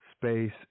space